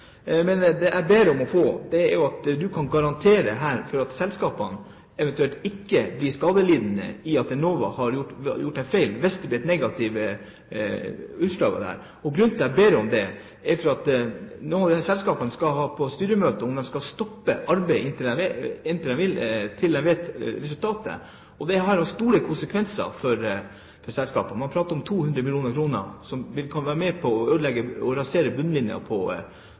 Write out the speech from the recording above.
her garanterer for at selskapene eventuelt ikke blir skadelidende ved at Enova har gjort en feil, hvis det blir negative utslag av dette. Og grunnen til at jeg ber om det, er at selskapene skal ta opp på styremøter om de skal stoppe arbeidet inntil de vet resultatet. Det har store konsekvenser for selskapene. Man prater om 200 mill. kr, som vil kunne være med på å rasere bunnlinjen på